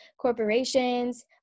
corporations